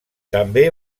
també